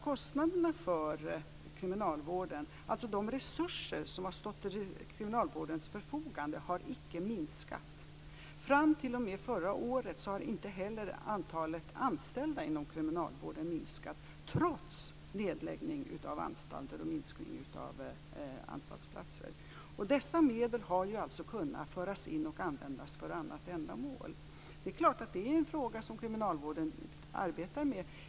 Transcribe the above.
Kostnaderna för kriminalvården, alltså de resurser som har stått till kriminalvårdens förfogande, har icke minskat. Fram t.o.m. förra året har inte heller antalet anställda inom kriminalvården minskat, trots nedläggning av anstalter och minskning av anstaltsplatser. Dessa medel har kunnat föras in och användas för annat ändamål. Det är klart att det är en fråga som kriminalvården arbetar med.